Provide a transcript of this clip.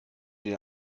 den